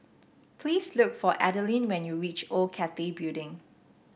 please look for Adalynn when you reach Old Cathay Building